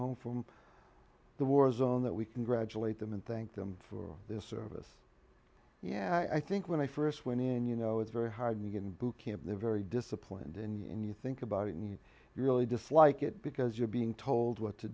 home from the war zone that we congratulate them and thank them for their service yeah i think when i st went in you know it's very hard to get in boot camp very disciplined and you think about it and you really dislike it because you're being told what to